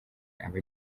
aba